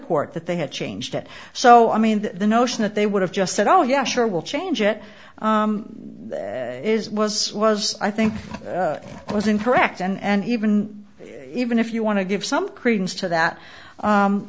court that they had changed it so i mean the notion that they would have just said oh yeah sure will change it is was was i think it was incorrect and even even if you want to give some credence to that